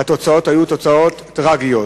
והתוצאות היו תוצאות טרגיות.